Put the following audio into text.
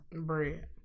Bread